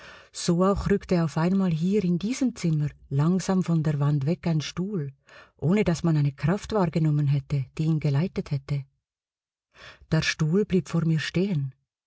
so auch rückte auf einmal hier in diesem zimmer langsam von der wand weg ein stuhl ohne daß man eine kraft wahrgenommen hätte die ihn geleitet hätte der stuhl blieb vor mir stehen